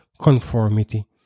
conformity